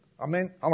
Amen